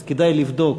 אז כדאי לבדוק,